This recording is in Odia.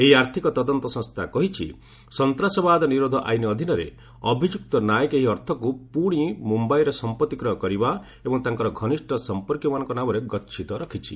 ଏହି ଆର୍ଥକ ତଦନ୍ତ ସଂସ୍ଥା କହିଛି ସନ୍ତାସବାଦ ନିରୋଧ ଆଇନ ଅଧୀନରେ ଅଭିଯୁକ୍ତ ନାୟକ ଏହି ଅର୍ଥକୁ ପୁଣି ମୁମ୍ଭାଇରେ ସମ୍ପତ୍ତି କ୍ରୟ କରିବା ଏବଂ ତାଙ୍କର ଘନିଷ୍ଠ ସମ୍ପର୍କୀୟମାନଙ୍କ ନାମରେ ଗଚ୍ଛିତ ରଖିଛି